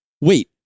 wait